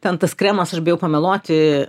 ten tas kremas aš bijau pameluoti